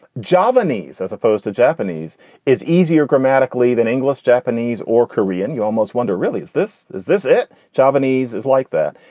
javanese as opposed to japanese is easier grammatically than english, japanese or korean. you almost wonder really is this? is this it? javanese is like that.